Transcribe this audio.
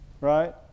Right